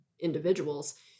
individuals